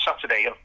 Saturday